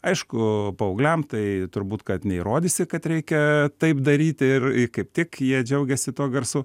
aišku paaugliam tai turbūt kad neįrodysi kad reikia taip daryti ir kaip tik jie džiaugiasi tuo garsu